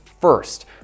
first